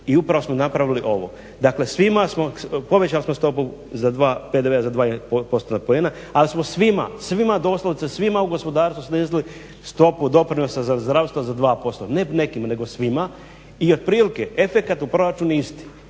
i upravo smo napravili ovo. Dakle, svima smo, povećali smo stopu PDV-a za dva postotna poena, ali smo svima, svima doslovce svima u gospodarstvu snizili stopu doprinosa za zdravstvo za 2%. Ne nekima, nego svima. I otprilike efekat u proračunu je isti.